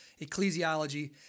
ecclesiology